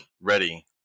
ready